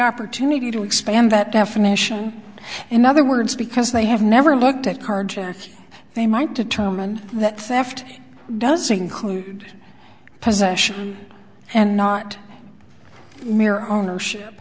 opportunity to expand that definition in other words because they have never looked at karjat they might determine that theft does include possession and not mere ownership